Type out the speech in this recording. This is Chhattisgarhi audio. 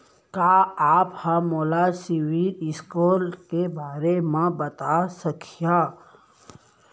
का आप हा मोला सिविल स्कोर के बारे मा बता सकिहा?